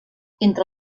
entre